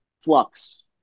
flux